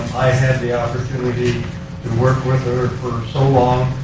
had the opportunity to work with her for so long.